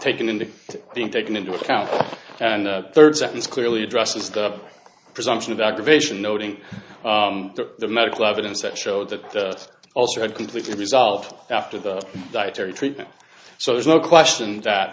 taken into being taken into account and the third sentence clearly addresses the presumption of aggravation noting the medical evidence that showed that also had completely resolved after the dietary treatment so there's no question that